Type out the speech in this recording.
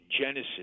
genesis